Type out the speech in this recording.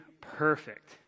perfect